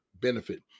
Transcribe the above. benefit